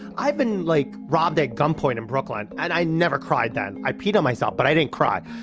i've been like robbed at gunpoint in brooklyn and i never cried then. i peed on myself, but i didn't cry.